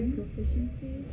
proficiency